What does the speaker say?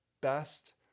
best